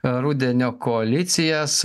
rudenio koalicijas